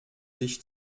sich